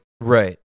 Right